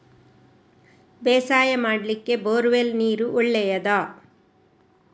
ಬೇಸಾಯ ಮಾಡ್ಲಿಕ್ಕೆ bore well ನೀರು ಒಳ್ಳೆಯದಾ?